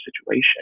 situation